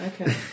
okay